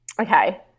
Okay